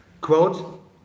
Quote